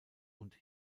und